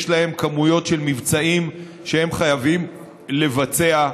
ויש להם כמויות של מבצעים שהם חייבים לבצע.